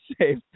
safe